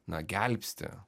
na gelbsti